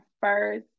first